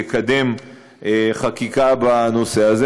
יקדם חקיקה בנושא הזה,